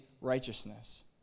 righteousness